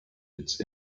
it’s